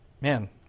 Man